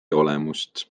olemust